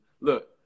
Look